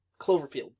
Cloverfield